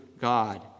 God